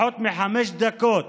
פחות מחמש דקות